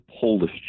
Polish